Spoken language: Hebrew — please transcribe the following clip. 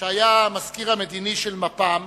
שהיה המזכיר המדיני של מפ"ם